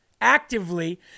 actively